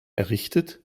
errichtet